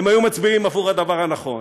הם היו מצביעים עבור הדבר הנכון.